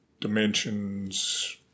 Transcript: dimensions